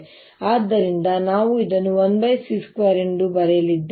ಆದ್ದರಿಂದ ನಾವು ಅದನ್ನು 1 C² ಎಂದು ಬರೆಯಲಿದ್ದೇವೆ